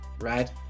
right